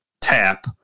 tap